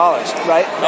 right